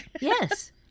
Yes